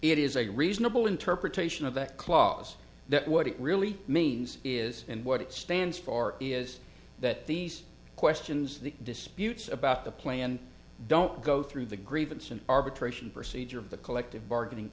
is a reasonable interpretation of that clause that what it really means is and what it stands for is that these questions the disputes about the planned don't go through the grievance and arbitration procedure of the collective bargaining